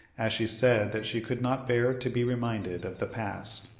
as she said that she could not bear to be reminded of the past.